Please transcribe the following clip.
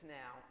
now